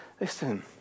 Listen